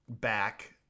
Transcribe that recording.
back